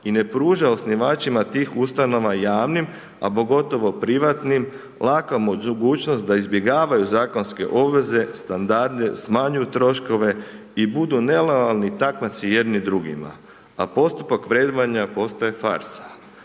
i ne pruža osnivačima tih ustanovama javnim a pogotovo privatnim, laka je mogućnost da izbjegavaju zakonske obveze, standarde, smanjuju troškove i budu nelojalni takmaci jedni drugim a postupak vrednovanja postaje farsa.